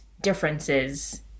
differences